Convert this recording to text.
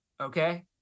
Okay